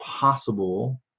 possible